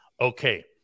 okay